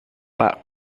pak